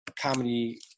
comedy